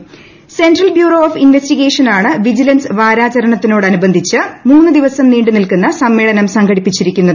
central bureau of investigation ആണ് vigilance വാരാചരണത്തോടനുബന്ധിച്ച് മൂന്നു ദിവസം നീണ്ടു നിൽക്കുന്ന സമ്മേളനം സംഘടിപ്പിച്ചിരിക്കുന്നത്